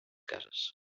cases